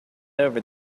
over